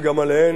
נעשה זאת בקצרה.